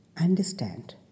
understand